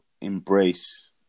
embrace